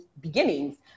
beginnings